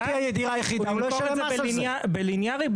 הוא ימכור את זה בלינארי,